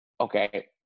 Okay